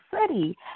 city